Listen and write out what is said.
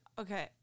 okay